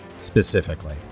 Specifically